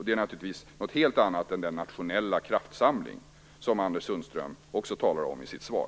Det är naturligtvis något helt annat än den nationella kraftsamling som Anders Sundström också talar om i sitt svar.